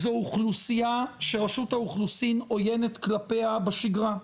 זו אוכלוסייה שרשות האוכלוסין עוינת כלפיה בשגרה,